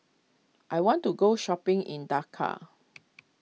I want to go shopping in Dakar